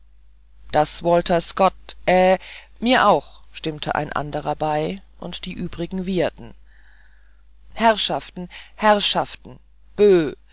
das walterscott äh mir auch stimmte ein anderer bei und die übrigen wieherten herrschaften herrschaften böh